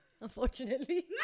Unfortunately